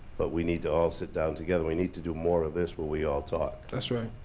but we need to all sit down together, we need to do more of this where we all talk. that's right.